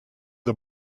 the